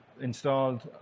installed